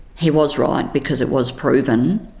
he was right, because it was proven,